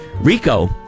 Rico